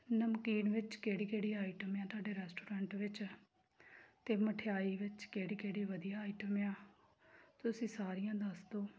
ਨਮਕੀਨ ਵਿੱਚ ਕਿਹੜੀ ਕਿਹੜੀ ਆਈਟਮ ਆ ਤੁਹਾਡੇ ਰੈਸਟੋਰੈਂਟ ਵਿੱਚ ਅਤੇ ਮਠਿਆਈ ਵਿੱਚ ਕਿਹੜੀ ਕਿਹੜੀ ਵਧੀਆ ਆਈਟਮ ਆ ਤੁਸੀਂ ਸਾਰੀਆਂ ਦੱਸ ਦਿਓ